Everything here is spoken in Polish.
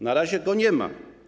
Na razie go nie ma.